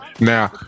Now